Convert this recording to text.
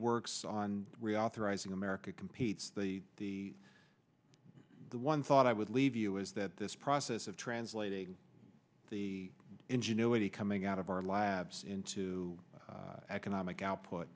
works on reauthorizing america competes the one thought i would leave you is that this process of translating the ingenuity coming out of our labs into economic output